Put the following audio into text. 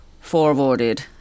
forwarded